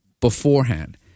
beforehand